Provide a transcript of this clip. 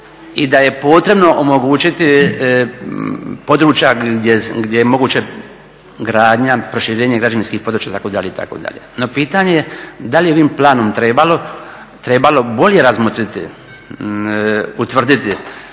i da je potrebno omogućiti područja gdje je moguća gradnja, proširenje građevinskih područja, itd., itd. No pitanje da li je ovim planom trebalo bolje razmotriti, utvrditi